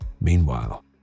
Meanwhile